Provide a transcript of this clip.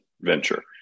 venture